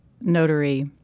notary